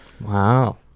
Wow